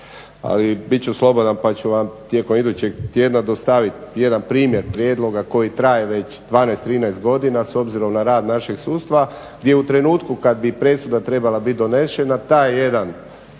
Ali biti ću slobodan pa ću vam tijekom idućeg tjedna dostaviti jedan primjer prijedloga koji traje već 12, 13 godina s obzirom na rad našeg sudstva gdje u trenutku kada bi presuda trebala biti donesena taj jedan